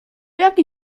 jaki